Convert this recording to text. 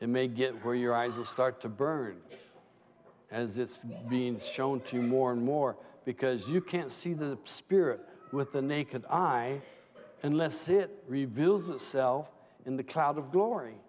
it may get where your eyes are start to burn as it's being shown to you more and more because you can't see the spirit with the naked eye unless it reveals itself in the cloud of glory